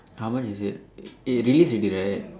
how much is it eh released already right